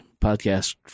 podcast